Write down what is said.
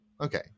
Okay